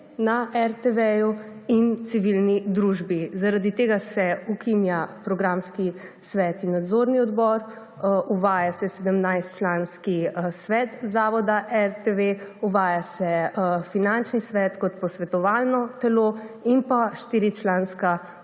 na RTV in civilni družbi. Zaradi tega se ukinjata programski svet in nadzorni odbor, uvaja se 17-članski svet zavoda RTV, uvaja se finančni svet kot posvetovalno telo in štiričlanska